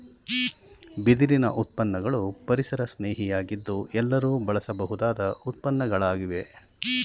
ಬಿದಿರಿನ ಉತ್ಪನ್ನಗಳು ಪರಿಸರಸ್ನೇಹಿ ಯಾಗಿದ್ದು ಎಲ್ಲರೂ ಬಳಸಬಹುದಾದ ಉತ್ಪನ್ನಗಳಾಗಿವೆ